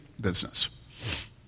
business